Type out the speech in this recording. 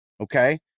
Okay